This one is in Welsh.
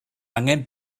angen